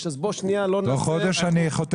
אז בוא שנייה לא נעשה --- תוך חודש אני חותם.